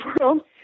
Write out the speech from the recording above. world